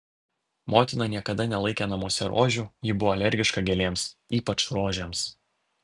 motina niekada nelaikė namuose rožių ji buvo alergiška gėlėms ypač rožėms